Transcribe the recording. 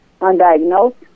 undiagnosed